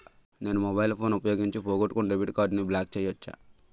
నేను mobile phone ఉపయోగించి పోగొట్టుకున్న డెబిట్ కార్డ్ని బ్లాక్ చేయవచ్చా?